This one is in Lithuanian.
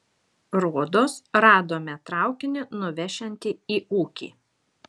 rodos radome traukinį nuvešiantį į ūkį